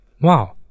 Wow